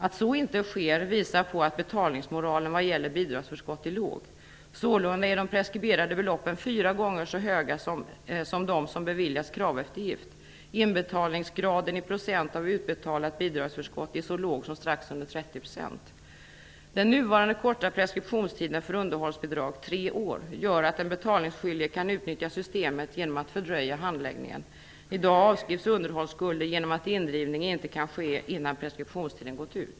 Att så inte sker visar på att betalningsmoralen vad gäller bidragsförskott är låg. Sålunda är de preskriberade beloppen fyra gånger så höga som de som beviljats kraveftergift. Inbetalningsgraden i procent av utbetalt bidragsförskott är så låg som strax under Den nuvarande korta preskriptionstiden för underhållsbidrag - tre år - gör att den betalningsskyldige kan utnyttja systemet genom att fördröja handläggningen. I dag avskrivs underhållsskulder genom att indrivning inte kan ske innan preskriptionstiden utgått.